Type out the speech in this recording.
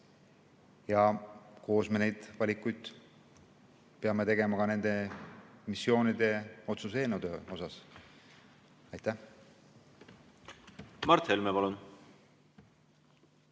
Ja koos me neid valikuid peame tegema ka nende missioonide otsuse eelnõude osas. Mart Helme, palun!